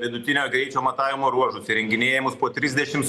vidutinio greičio matavimo ruožus įrenginėjamus po trisdešims